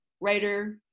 writer